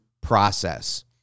process